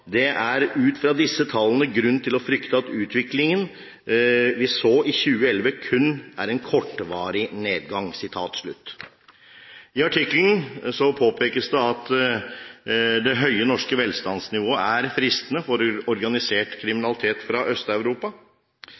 er ut fra disse tallene grunn til å frykte at utviklingen vi så i 2011 kun var en kortvarig nedgang.» I artikkelen påpekes det at det høye norske velstandsnivået er fristende for organiserte kriminelle fra